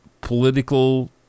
political